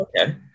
Okay